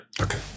okay